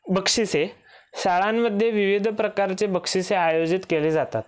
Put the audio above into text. बक्षिसे शाळांमध्ये विविध प्रकारचे बक्षिसे आयोजित केले जातात